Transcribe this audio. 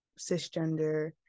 cisgender